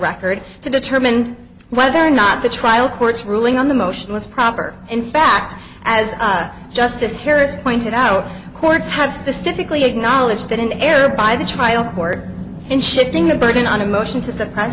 record to determine whether or not the trial court's ruling on the motion was proper in fact as justice harris pointed out courts have specifically acknowledged that an error by the trial court and shifting the burden on a motion to suppress